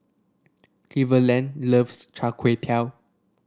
Cleveland loves Char Kway Teow